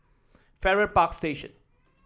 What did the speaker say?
Farrer Park Station